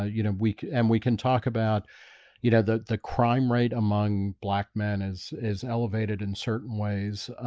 ah you know, we and we can talk about you know that the crime rate among black men is is elevated in certain ways